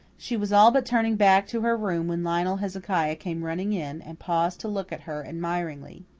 she was all but turning back to her room when lionel hezekiah came running in, and paused to look at her admiringly.